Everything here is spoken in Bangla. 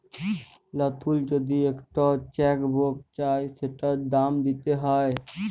লতুল যদি ইকট চ্যাক বুক চায় সেটার দাম দ্যিতে হ্যয়